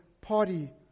party